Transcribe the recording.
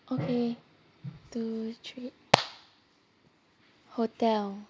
okay two three hotel